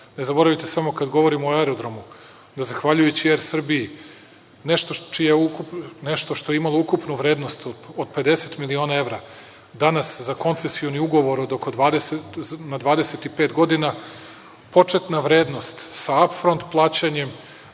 Ne zaboravite samo kada govorimo o Aerodromu, da zahvaljujući „Er Srbiji“ nešto što je imalo ukupnu vrednost od 50 miliona evra danas za koncesioni ugovor na 25 godina početna vrednost sa atfront plaćanjem,